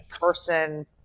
person